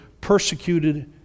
persecuted